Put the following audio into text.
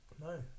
No